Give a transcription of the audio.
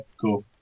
cool